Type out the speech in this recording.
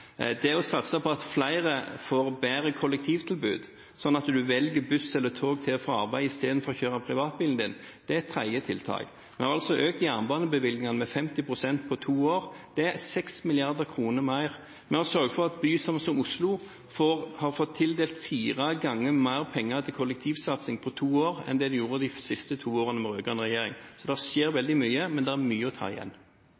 Det å satse på at flere får bedre kollektivtilbud, sånn at man velger buss eller tog til og fra arbeid istedenfor å kjøre privatbil, er et tredje tiltak. Vi har økt jernbanebevilgningene med 50 pst. på to år. Det er 6 mrd. kr mer. Vi har sørget for at en by som Oslo har fått tildelt fire ganger mer penger til kollektivsatsing på to år enn det en gjorde de siste to årene med rød-grønn regjering. Så det skjer veldig mye, men det er mye å ta igjen.